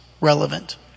relevant